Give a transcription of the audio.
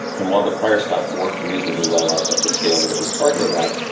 and while the prior stack worked recently well at at the scale that it was targeted at,